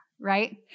right